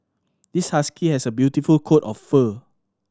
this husky has a beautiful coat of fur